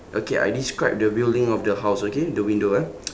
okay I describe the building of the house okay the window ah